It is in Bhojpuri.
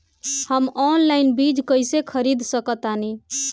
हम ऑनलाइन बीज कईसे खरीद सकतानी?